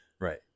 Right